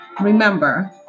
Remember